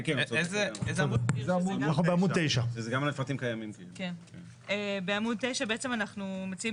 אנחנו בעמוד 9. בעמוד 9 בעצם אנחנו מציעים